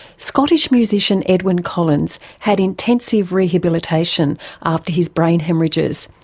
scottish musician edwyn collins had intensive rehabilitation after his brain haemorrhages,